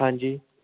ਹਾਂਜੀ